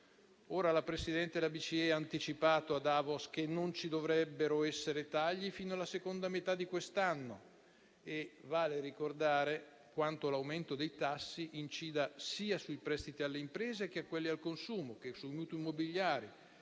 Ora la presidente della BCE ha anticipato a Davos che non ci dovrebbero essere tagli fino alla seconda metà di quest'anno e vale ricordare quanto l'aumento dei tassi incida sia sui prestiti alle imprese sia su quelli al consumo e sui mutui immobiliari,